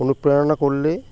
অনুপ্রেরণা করলে